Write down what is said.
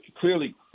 clearly